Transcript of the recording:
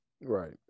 Right